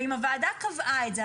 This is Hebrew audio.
אם הוועדה קבעה את זה,